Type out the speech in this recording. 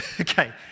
Okay